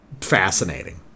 fascinating